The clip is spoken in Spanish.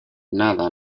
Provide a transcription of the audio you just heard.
nada